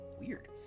Weird